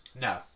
No